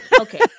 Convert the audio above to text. Okay